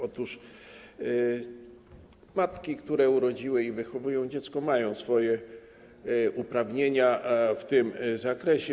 Otóż matki, które urodziły i wychowują dziecko, mają swoje uprawnienia w tym zakresie.